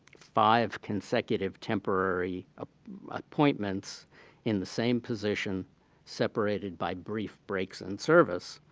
five consecutive temporary ah appointments in the same position separated by brief breaks in service.